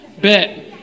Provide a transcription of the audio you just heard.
Bet